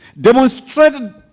demonstrated